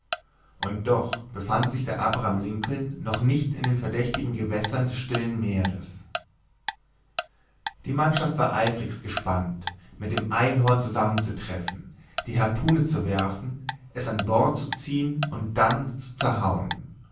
und doch befand sich der abraham lincoln noch nicht in den verdächtigen gewässern des stillen meeres die mannschaft war eifrigst gespannt mit dem einhorn zusammenzutreffen die harpune zu werfen es an bord zu ziehen und dann zu zerhauen